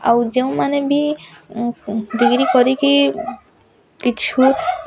ଆଉ ଯେଉଁମାନେ ବି ଡିଗ୍ରୀ କରିକି କିଛି